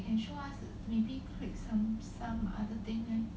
en